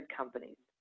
companies